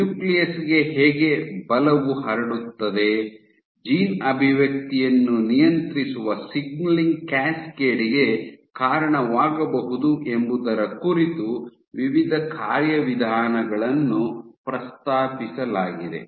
nucleus ಗೆ ಹೇಗೆ ಬಲವು ಹರಡುತ್ತದೆ ಜೀನ್ ಅಭಿವ್ಯಕ್ತಿಯನ್ನು ನಿಯಂತ್ರಿಸುವ ಸಿಗ್ನಲಿಂಗ್ ಕ್ಯಾಸ್ಕೇಡ್ ಗೆ ಕಾರಣವಾಗಬಹುದು ಎಂಬುದರ ಕುರಿತು ವಿವಿಧ ಕಾರ್ಯವಿಧಾನಗಳನ್ನು ಪ್ರಸ್ತಾಪಿಸಲಾಗಿದೆ